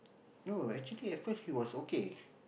no actually at first he was okay